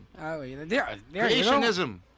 Creationism